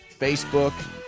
Facebook